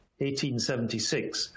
1876